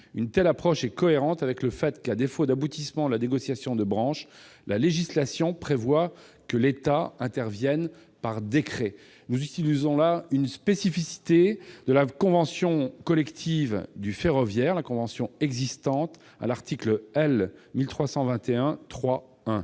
Une telle approche est cohérente avec le fait que, à défaut d'aboutissement de la négociation de branche, la législation prévoit que l'État intervienne par décret. Nous utilisons là une spécificité de la convention collective nationale de la branche ferroviaire, qui figure à l'article L. 1321-3-1